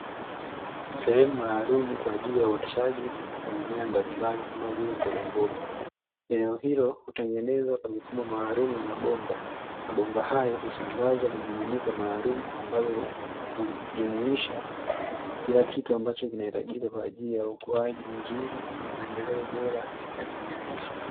Sehemu maalumu ya uoteshea mimea mbalimbali kama vile mbogamboga, eneo hilo hutengenezwa kwa mfumo maalumu wa bomba, mabomba husambazwa kimiminika maalumu ambayo hujumuisha kila kitu kinachohitajika katika ukuaji mzurii na maendeleo bora ya mimea lishe.